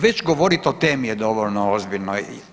Već govoriti o temi je dovoljno ozbiljno.